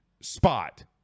spot